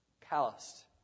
Calloused